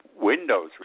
windows